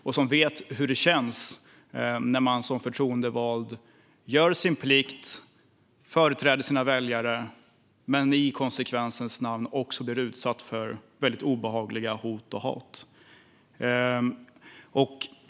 Vi vet hur det känns när man som förtroendevald gör sin plikt och företräder sina väljare men som konsekvens blir utsatt för väldigt obehagliga hot och för hat.